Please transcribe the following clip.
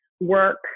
work